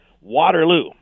Waterloo